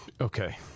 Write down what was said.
Okay